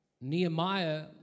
Nehemiah